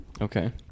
Okay